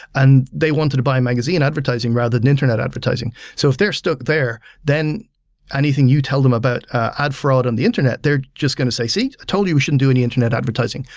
and they wanted to buy magazine advertising rather than internet advertising. so if they're stuck there, then anything you tell them about ad fraud on the internet, they're just going to say, see? i told you, we shouldn't do any internet advertising.